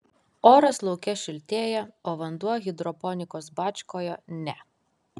oras lauke šiltėja o vanduo hidroponikos bačkoje ne